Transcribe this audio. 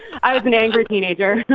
i was an angry teenager oh,